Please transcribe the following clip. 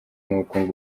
n’ubukungu